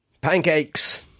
Pancakes